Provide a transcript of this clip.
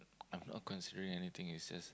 I'm not considering anything is just